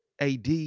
AD